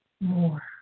more